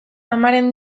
amaren